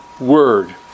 Word